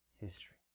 history